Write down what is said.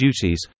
duties